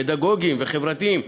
פדגוגיים וחברתיים,